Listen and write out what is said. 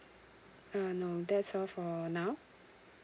uh no that's all for now